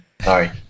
sorry